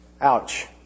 Ouch